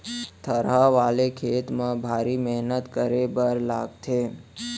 थरहा वाले खेत म भारी मेहनत करे बर लागथे